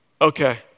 okay